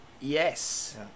yes